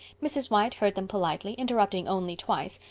mrs. white heard them politely, interrupting only twice,